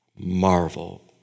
Marvel